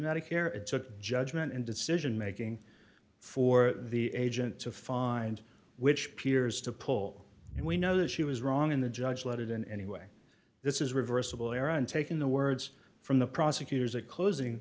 medicare it's a judgment and decision making for the agent to find which appears to pull and we know that she was wrong and the judge let it in anyway this is reversible error and taking the words from the prosecutor's a closing